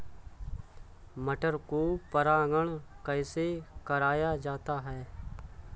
मटर को परागण कैसे कराया जाता है?